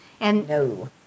No